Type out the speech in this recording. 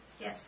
Yes